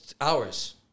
hours